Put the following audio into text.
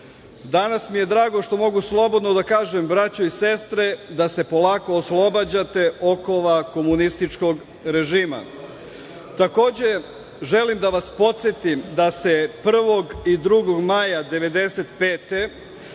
mi je drago što mogu slobodno da kažem, braćo i sestre, da se polako oslobađate okova komunističkog režima. Takođe, želim da vas podsetim da se 1. i 2. maja 1995.